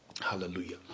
Hallelujah